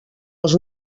els